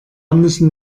müssen